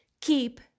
keep